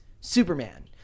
Superman